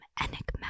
enigmatic